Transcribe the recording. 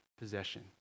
possession